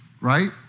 right